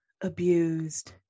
abused